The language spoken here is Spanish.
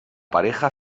pareja